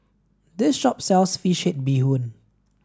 this shop sells fish head bee hoon